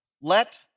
Let